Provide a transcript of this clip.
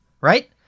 right